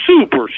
super